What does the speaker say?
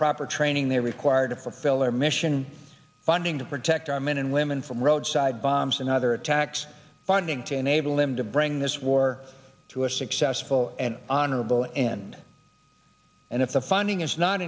proper training they required to fulfill their mission funding to protect our men and women from roadside bombs and other attacks funding to enable him to bring this war to a successful and honorable end and if the funding is not